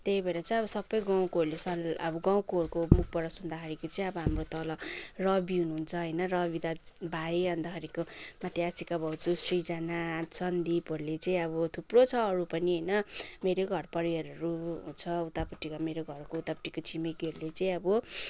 त्यही भएर चाहिँ अब सबै गाउँकोहरूले सल्लाह अब गाउँकोहरूको मुखबाट सुन्दाखेरिको चाहिँ अब हाम्रो तल रवि हुनुहुन्छ होइन रवि दाज भाइ अन्तखेरिको माथि आशिका भाउजू सृजना सन्दिपहरूले चाहिँ अब थुप्रो छ अरू पनि होइन मेरै घरपरिवारहरू छ उतापट्टिको मेरो घरको उतापट्टिको छिमेकीहरूले चाहिँ अब